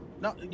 no